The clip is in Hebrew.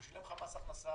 הוא שילם לך מס הכנסה,